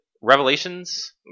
Revelations